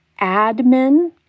admin